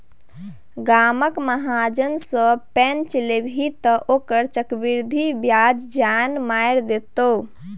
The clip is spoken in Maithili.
गामक महाजन सँ पैंच लेभी तँ ओकर चक्रवृद्धि ब्याजे जान मारि देतौ